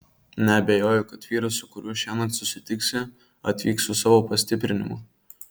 neabejoju kad vyras su kuriuo šiąnakt susitiksi atvyks su savo pastiprinimu